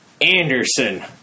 Anderson